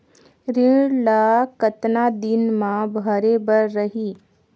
ऋण ला कतना दिन मा भरे बर रही?